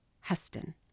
Heston